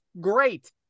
great